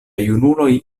junuloj